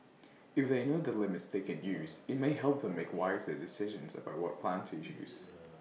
if they know the limits they can use IT may help them make wiser decisions about what plan to choose